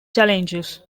challenges